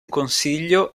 consiglio